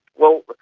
well,